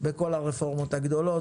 בכל הרפורמות הגדולות.